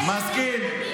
מי